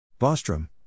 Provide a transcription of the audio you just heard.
Bostrom